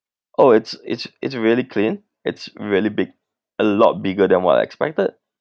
oh it's it's it's really clean it's really big a lot bigger than what I expected